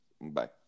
Bye